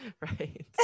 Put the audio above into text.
Right